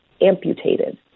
amputated